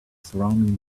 surrounding